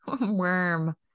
worm